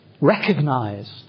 recognized